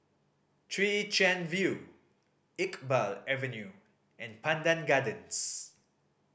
Chwee Chian View Iqbal Avenue and Pandan Gardens